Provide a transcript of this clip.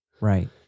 right